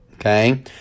Okay